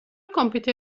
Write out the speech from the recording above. کامپیوتر